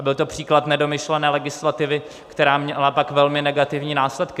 Byl to příklad nedomyšlené legislativy, která měla pak velmi negativní následky.